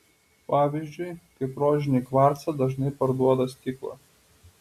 pavyzdžiui kaip rožinį kvarcą dažnai parduoda stiklą